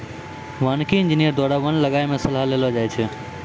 वानिकी इंजीनियर द्वारा वन लगाय मे सलाह देलो जाय छै